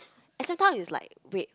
S_M Town is like wait